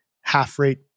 half-rate